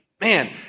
Man